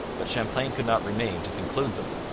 but champlain could not remain to conclude them,